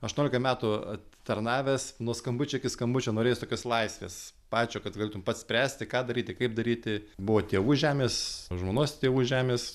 aštuoniolika metų atitarnavęs nuo skambučio iki skambučio norėjosi tokios laisvės pačio kad galėtum pats spręsti ką daryti kaip daryti buvo tėvų žemės žmonos tėvų žemės